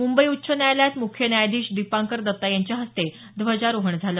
मुंबई उच्च न्यायालयात मुख्य न्यायाधीश दीपांकर दत्ता यांच्या हस्ते ध्वजारोहण झाल